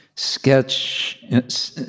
sketch